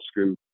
school